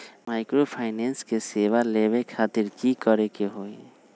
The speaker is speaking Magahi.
माइक्रोफाइनेंस के सेवा लेबे खातीर की करे के होई?